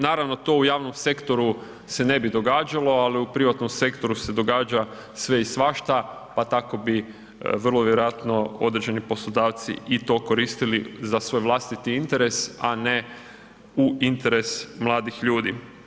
Ovaj, naravno to u javnom sektoru se ne bi događalo, ali u privatnom sektoru se događa sve i svašta pa tako bi vrlo vjerojatno određeni poslodavci i to koristili za svoj vlastiti interes, a ne u interes mladih ljudi.